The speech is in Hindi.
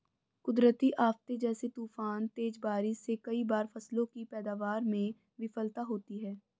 कुदरती आफ़ते जैसे तूफान, तेज बारिश से कई बार फसलों की पैदावार में विफलता होती है